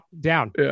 down